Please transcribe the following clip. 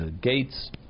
gates